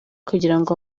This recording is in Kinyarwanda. kugirango